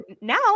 Now